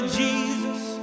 jesus